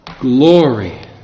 glory